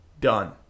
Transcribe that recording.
Done